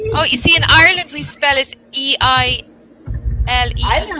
oh you see in ireland we spell it e i l